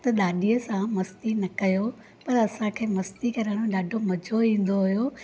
त ॾाॾीअ सां मस्ती न करियो पर असांखे मस्ती करण में ॾाढो मज़ो ईंदो हुओ